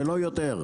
ולא יותר.